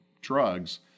drugs